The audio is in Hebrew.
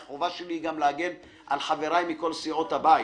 החובה שלי היא גם להגן על חבריי מכל סיעות הבית.